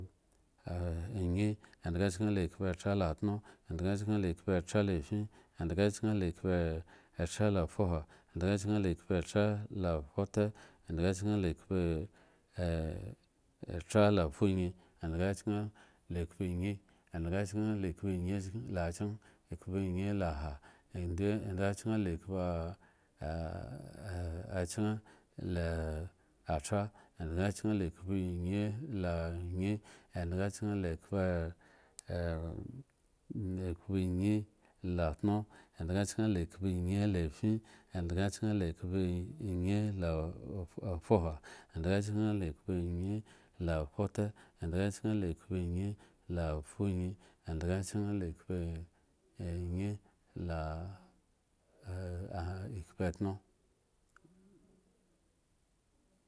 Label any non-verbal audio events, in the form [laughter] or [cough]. [hesitation] payin edg kyen da ekpatra la ttuno edga kyen l ekpatra la afin edga kyen la ekpatra la afuha edga kyen la ekpatra la afue edga kyen la [hesitation] ekpatra la fuyin edga kyen la ekpayin edga kyen [hesitation] la kyen la tra edga kyen la ekpayin la ayin edga kyen la ekpayin la tuno edga kyen edge kyen la ekpayin la fute edga kyen la ekpoyin la fuyin edga kyen la ekapayin la [hesitation] ekpatuno